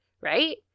right